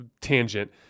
tangent